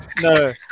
no